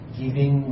giving